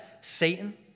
Satan